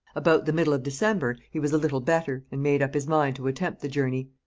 about the middle of december he was a little better, and made up his mind to attempt the journey.